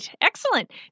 Excellent